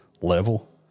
level